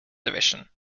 division